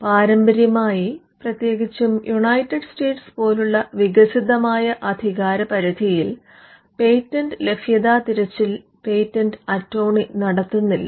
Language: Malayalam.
പാരമ്പര്യമായി പ്രതേകിച്ചും യുണൈറ്റഡ് സ്റ്റേറ്റ്സ് പോലുള്ള വികസിതമായ അധികാരപരിധിയിൽ പേറ്റന്റ് ലഭ്യതാ തിരച്ചിൽ പേറ്റന്റ് അറ്റോർണി നടത്തുന്നില്ല